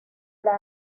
las